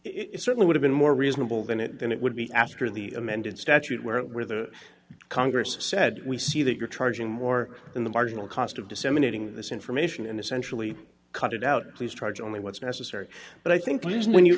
cost it certainly would have been more reasonable than it than it would be after the amended statute where it where the congress said we see that you're charging more than the marginal cost of disseminating this information and essentially cut it out please try to only what's necessary but i think it is when you